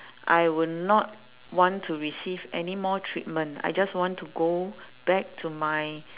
I would not want to receive any more treatment I just want to go back to my